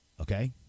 Okay